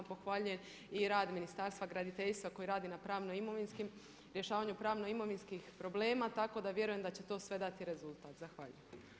Pohvaljujem i rad Ministarstva graditeljstva koji radi na pravno-imovinskim, rješavanju pravno imovinskih problema, tako da vjerujem da će to sve dati rezultat.